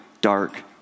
dark